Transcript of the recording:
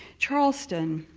charleston,